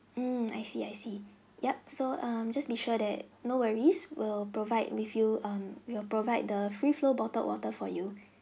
mm I see I see yup so um just be sure that no worries we'll provide with you um we'll provide the free flow bottled water for you